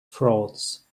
frauds